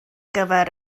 gyfer